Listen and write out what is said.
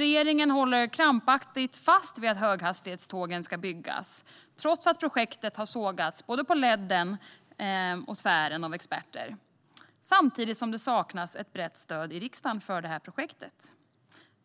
Regeringen håller krampaktigt fast vid att höghastighetsjärnväg ska byggas trots att projektet har sågats på både längden och tvären av experter och det saknas ett brett stöd i riksdagen för projektet.